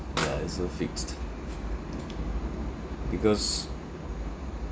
ya I also fixed because